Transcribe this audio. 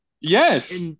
Yes